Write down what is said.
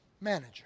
manager